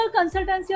consultancy